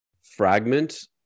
fragment